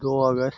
दो अगस्त